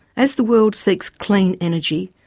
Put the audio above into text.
as the world seeks clean energy,